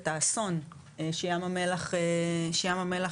את האסון שים המלח נתון,